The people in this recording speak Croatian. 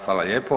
Hvala lijepo.